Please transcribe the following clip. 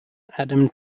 adam